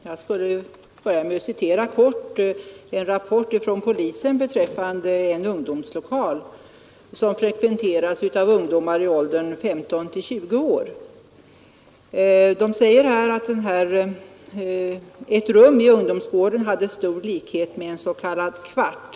Herr talman! Jag skall börja med att citera ur en rapport från polisen beträffande en ungdomslokal som frekventeras av ungdomar i åldrarna 15—20 år. Man säger att ett rum i ungdomsgården hade stor likhet med en s.k. kvart.